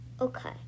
Okay